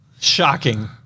Shocking